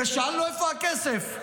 ושאלנו: איפה הכסף?